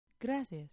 Gracias